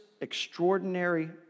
extraordinary